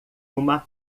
uma